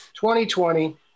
2020